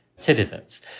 Citizens